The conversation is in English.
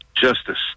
justice